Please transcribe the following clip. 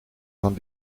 van